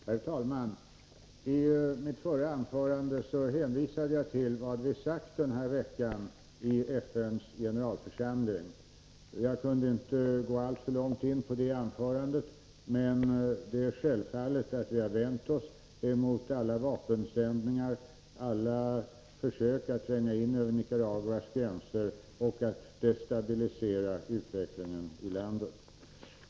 Herr talman! I mitt förra anförande hänvisade jag till vad vi har sagt denna vecka i FN:s generalförsamling. Jag kunde inte gå alltför långt in på det anförandet, men självfallet har vi vänt oss emot alla vapensändningar, alla försök att tränga in över Nicaraguas gränser och att destabilisera utvecklingen i landet.